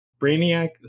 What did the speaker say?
Brainiac